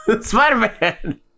Spider-Man